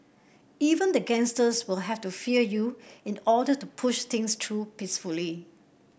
even the gangsters will have to fear you in order to push things through peacefully